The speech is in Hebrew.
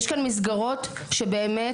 יש כאן מסגרות שבאמת,